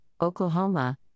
Oklahoma